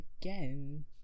again